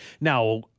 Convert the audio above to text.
Now